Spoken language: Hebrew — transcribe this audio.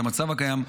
את המצב הקיים,